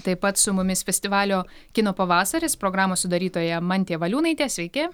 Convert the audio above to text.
taip pat su mumis festivalio kino pavasaris programos sudarytoja mantė valiūnaitė sveiki